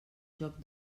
joc